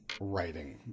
writing